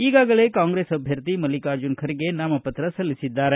ಈಗಾಗಲೇ ಕಾಂಗ್ರೆಸ್ ಅಭ್ಯರ್ಥಿ ಮಲ್ಲಿಕಾರ್ಜುನ ಖರ್ಗೆ ನಾಮಪತ್ರ ಸಲ್ಲಿಸಿದ್ದಾರೆ